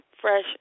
fresh